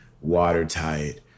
watertight